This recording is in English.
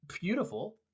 beautiful